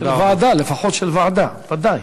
לפחות של ועדה, ודאי.